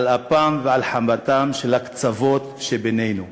על אפם ועל חמתם של הקצוות שבינינו.